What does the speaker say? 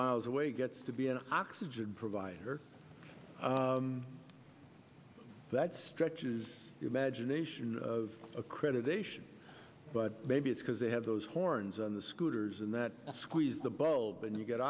miles away gets to be an oxygen provider that stretches the imagination of accreditation but maybe it's because they have those horns on the scooters and that squeeze the bulb and you get